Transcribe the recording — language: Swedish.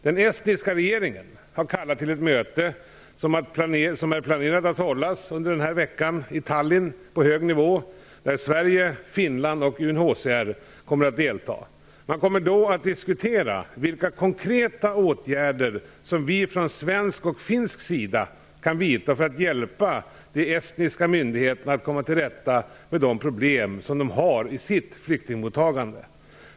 Den estniska regeringen har kallat till ett möte som är planerat att hållas under den här veckan i Tallinn på hög nivå, där Sverige, Finland och UNHCR kommer att delta. Man kommer då att diskutera vilka konkreta åtgärder som vi från svensk och finsk sida kan vidta för att hjälpa de estniska myndigheterna att komma till rätta med de problem som de har i sitt flyktingmottagande.